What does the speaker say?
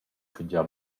fingià